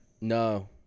No